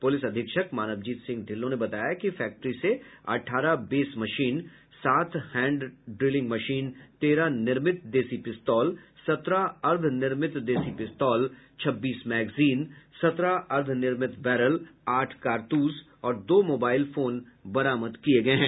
police अधीक्षक मानवजीत सिंह ढिल्लों ने बताया कि फैक्ट्री से अठारह बेस मशीन सात हैंड ड्रिलिंग मशीन तेरह निर्मित देसी पिस्तौल सत्रह अर्द्ध निर्मित देसी पिस्तौल छब्बीस मैगजीन सत्रह अद्धनिर्मित बैरल आठ कारतूस और दो मोबाइल फोन बरामद किया गया है